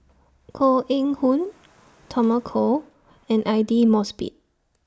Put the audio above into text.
Koh Eng Hoon Tommy Koh and Aidli Mosbit